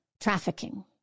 trafficking